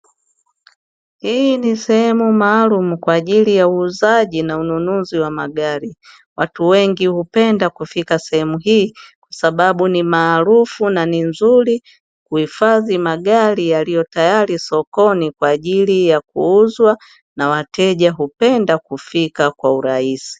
Hii ni sehemu maalumu kwa ajili ya uuzaji na ununzi wa magari. Watu wengi hupenda kufika sehemu hii kwasababu ni maarufu na ni nzuri kuhifadhi magari yaliyo tayari sokoni kwa ajili ya kuuzwa na wateja hupenda kufika kwa urahisi.